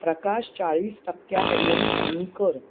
प्रकाश चाळीस टक्क्यापर्यंत कमी कर